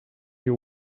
you